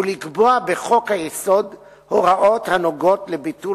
ולקבוע בחוק-היסוד הוראות הנוגעות לביטול